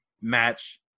match